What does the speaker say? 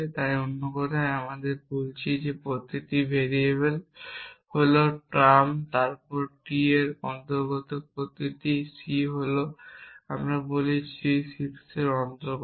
তাই অন্য কথায় আমরা বলছি প্রতিটি ভেরিয়েবল হল টার্ম তারপর T এর অন্তর্গত প্রতিটি c জন্য আমরা বলি C শীর্ষের অন্তর্গত